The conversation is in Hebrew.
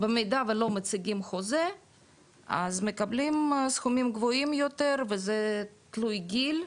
במידה ולא מציגים חוזה אז מקבלים סכומים גבוהים יותר וזה תלוי גיל,